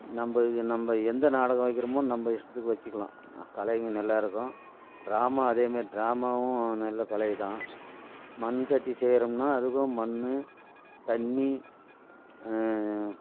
நம்ப நம்ப எந்த நாடகம் வைக்கிறமோ நம்ப இஷ்டத்துக்கு வச்சுக்கலாம் கலைங்க நல்லா இருக்கும் ட்ராமா அதே மாதிரி ட்ராமாவும் நல்லா கலை தான் மண் சட்டி செய்யறோம்னா அதுக்கும் மண் தண்ணி